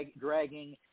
dragging